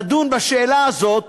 נדון בשאלה הזאת,